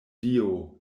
dio